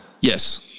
Yes